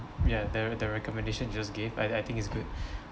ya the the recommendation you just gave I I think is good